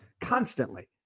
constantly